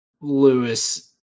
Lewis